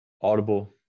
Audible